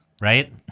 right